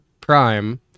Prime